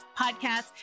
podcasts